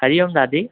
हरी ओम दादी